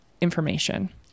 information